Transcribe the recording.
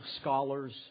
scholars